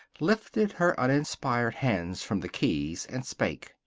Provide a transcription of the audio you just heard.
lifted her uninspired hands from the keys and spake.